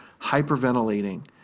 hyperventilating